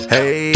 Hey